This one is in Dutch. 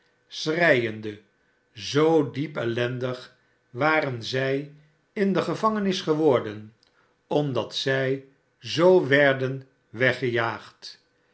schreiende zoo diep ellendig waren zij in de gevangenis geworden omdat zij zoo werden weggejaagd